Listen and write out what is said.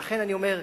ולכן אני אומר,